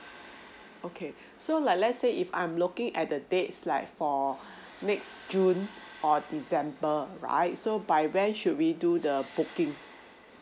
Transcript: okay so like let's say if I'm looking at the dates like for mid june or december right so by when should we do the booking